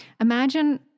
imagine